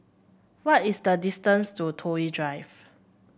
what is the distance to Toh Yi Drive